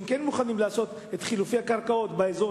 הם כן מוכנים לעשות את חילופי הקרקעות באזור